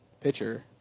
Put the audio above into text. pitcher